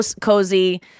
cozy